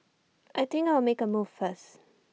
I think I'll make A move first